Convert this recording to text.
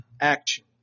action